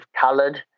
coloured